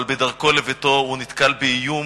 אבל בדרכו לביתו הוא נתקל באיום